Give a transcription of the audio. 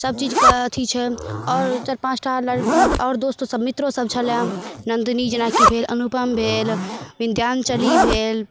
सबचीजके अथी छै आओर चारि पाँचटा लड़ आओर दोस्तोसभ मित्रोसभ छलै नन्दिनी जेनाकि भेल अनुपम भेल विन्ध्यान्चली भेल